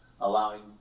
allowing